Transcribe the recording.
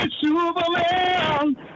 Superman